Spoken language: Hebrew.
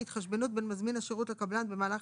התחשבנות בין מזמין השירות לקבלן במהלך